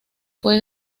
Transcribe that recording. fue